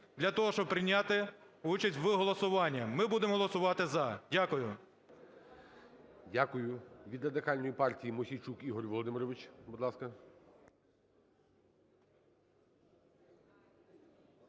для того, щоб прийняти участь у голосуванні. Ми будемо голосувати "за". Дякую. ГОЛОВУЮЧИЙ. Дякую. Від Радикальної партії Мосійчук Ігор Володимирович, будь ласка.